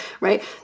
right